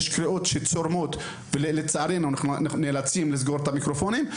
יש קריאות שצורמות ולצערנו אנחנו נאלצים לסגור את המיקרופונים,